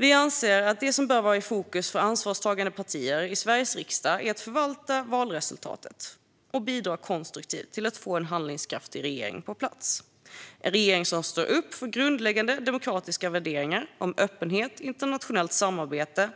Vi anser att det som bör vara i fokus för ansvarstagande partier i Sveriges riksdag är att förvalta valresultatet och bidra konstruktivt till att få en handlingskraftig regering på plats - en regering som står upp för grundläggande demokratiska värderingar om öppenhet och internationellt samarbete